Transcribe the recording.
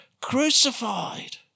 crucified